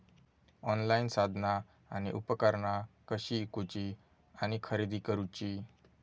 Online साधना आणि उपकरणा कशी ईकूची आणि खरेदी करुची?